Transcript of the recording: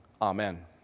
amen